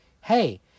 hey